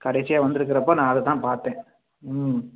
கடைசியாக வந்திருக்குறப்ப நான் அதை தான் பார்த்தேன் ம்